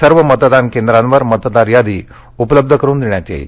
सर्व मतदान केंद्रांवर मतदार यादी उपलब्ध करून देण्यात येणार आहे